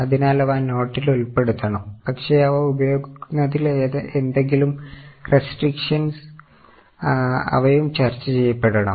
അതിനാൽ അവ നോട്ടിൽ ഉൾപ്പെടുത്തണം പക്ഷേ അവ ഉപയോഗിക്കുന്നതിൽ എന്തെങ്കിലും റെസ്ട്രിക്ഷൻ അവയും ചർച്ച ചെയ്യപ്പെടണം